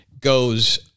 goes